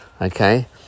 okay